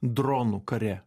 dronų kare